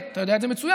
ואתה יודע את זה מצוין,